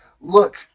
Look